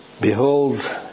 behold